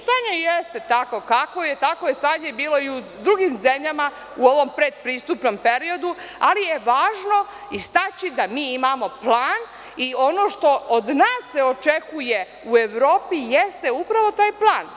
Stanje jeste takvo kakvo je, takvo je stanje bilo i u drugim zemljama u ovom predpristupnom periodu, ali je važno istaći da mi imamo plan i ono što od nas se očekuje u Evropi jeste upravo taj plan.